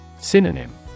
Synonym